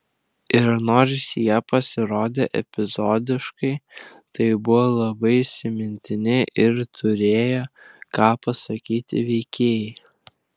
ir nors jie pasirodė epizodiškai tai buvo labai įsimintini ir turėję ką pasakyti veikėjai